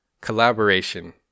Collaboration